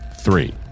three